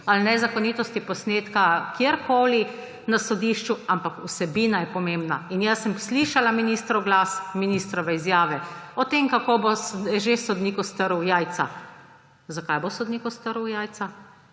ali nezakonitosti posnetka kjerkoli na sodišču, ampak vsebina je pomembna in jaz sem slišala ministrov glas, ministrove izjave, o tem, kako bo še sodniku strl jaja. Zakaj bo sodniku strl jajca?